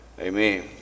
amen